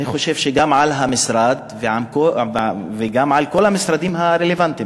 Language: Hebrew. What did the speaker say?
אני חושב שגם על המשרד וגם על כל המשרדים הרלוונטיים